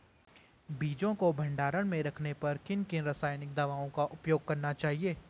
बीजों को भंडारण में रखने पर किन किन रासायनिक दावों का उपयोग करना चाहिए?